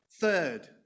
Third